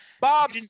Bob